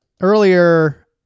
earlier